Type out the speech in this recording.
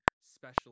special